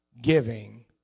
giving